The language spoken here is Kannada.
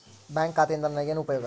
ಬ್ಯಾಂಕ್ ಖಾತೆಯಿಂದ ನನಗೆ ಏನು ಉಪಯೋಗ?